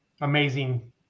amazing